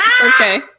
Okay